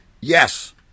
Yes